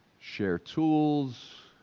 share tools,